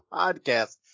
podcast